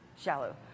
shallow